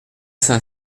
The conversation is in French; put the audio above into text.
cinq